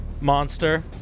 monster